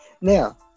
Now